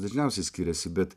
dažniausiai skiriasi bet